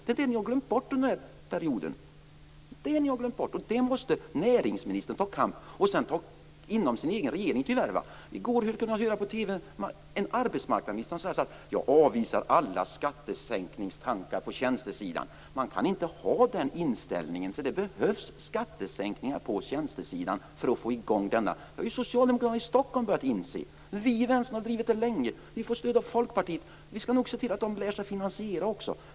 Det har ni glömt bort under denna period. Det måste näringsministern få regeringen att förstå. I går sade arbetsmarknadsministern i TV att hon avvisar alla skattesänkningstankar på tjänstesidan. Men man kan inte ha den inställningen. Det behövs skattesänkningar på tjänstesidan för att få i gång denna sektor. Det har socialdemokraterna i Stockholm börjat inse. Vi i Vänsterpartiet har drivit denna fråga länge. Vi får stöd av Folkpartiet. Vi skall nog se till att de lär sig finansiera också.